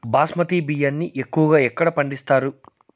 బాస్మతి బియ్యాన్ని ఎక్కువగా ఎక్కడ పండిస్తారు?